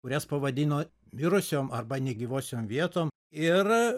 kurias pavadino mirusiom arba negyvosiom vietom ir